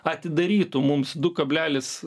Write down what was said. atidarytų mums du kablelis